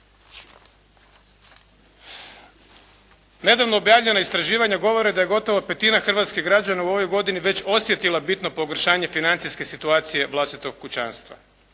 Nedavno objavljena istraživanja govore da je gotovo petina hrvatskih građana u ovoj godini već osjetila bitno pogoršanje financijske situacije vlastitog kućanstva.